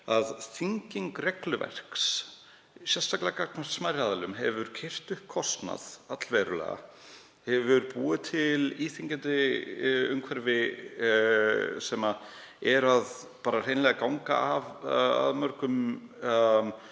að þynging regluverks, sérstaklega gagnvart smærri aðilum, hefur keyrt kostnað allverulega upp, hefur búið til íþyngjandi umhverfi sem er hreinlega að ganga af mörgum